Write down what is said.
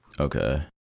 Okay